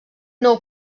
nou